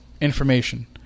information